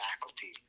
faculty